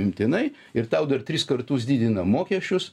imtinai ir tau dar tris kartus didina mokesčius